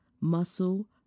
muscle